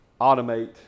automate